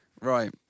Right